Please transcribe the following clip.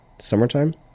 Summertime